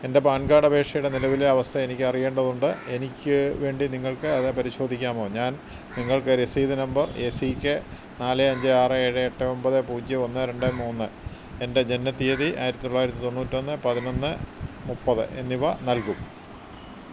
എൻ്റെ PAN card അപേക്ഷയുടെ നിലവിലെ അവസ്ഥ എനിക്ക് അറിയേണ്ടതുണ്ട് എനിക്ക് വേണ്ടി നിങ്ങൾക്ക് അത് പരിശോധിക്കാമോ ഞാൻ നിങ്ങൾക്ക് രസീത് നമ്പർ എ സി കെ നാല് അഞ്ച് ആറ് ഏഴ് എട്ട് ഒമ്പത് പൂജ്യം ഒന്ന് രണ്ട് മൂന്ന് എൻ്റെ ജനന തീയ്യതി ആയിരത്തി തൊള്ളായിരത്തി തൊണ്ണൂറ്റി ഒന്ന് പതിനൊന്ന് മുപ്പത് എന്നിവ നൽകും